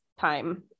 time